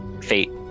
fate